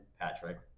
Patrick